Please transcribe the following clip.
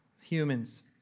humans